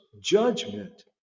judgment